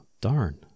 Darn